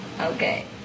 Okay